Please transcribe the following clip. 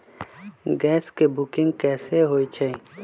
Gas के booking कैसे होईछई?